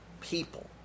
people